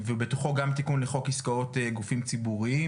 ובתוכו גם תיקון לחוק עסקאות גופים ציבוריים.